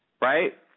right